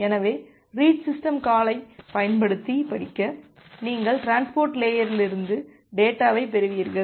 எனவே read system காலைப் பயன்படுத்தி படிக்க நீங்கள் டிரான்ஸ்போர்ட் லேயரிலிருந்து டேட்டாவைப் பெறுவீர்கள்